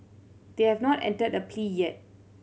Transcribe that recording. they have not entered a plea yet